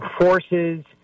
forces